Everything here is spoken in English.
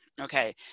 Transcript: Okay